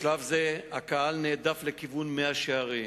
בשלב זה הקהל נהדף לכיוון מאה-שערים.